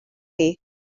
chi